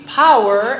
power